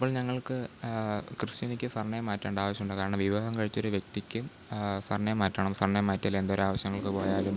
ഇപ്പോൾ ഞങ്ങൾക്ക് ക്രിസ്റ്റീനയ്ക്ക് സർനെയിം മാറ്റേണ്ട അവശ്യമുണ്ട് കാരണം വിവാഹം കഴിച്ചൊരു വ്യക്തിക്ക് സർനെയിം മാറ്റണം സർനെയിം മാറ്റിയാലേ എന്തൊരു ആവശ്യങ്ങൾക്ക് പോയാലും